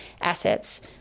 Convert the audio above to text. assets